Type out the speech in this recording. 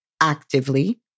actively